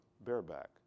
bareback